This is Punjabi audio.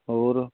ਹੋਰ